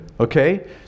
okay